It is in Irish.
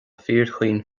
fíorchaoin